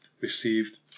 received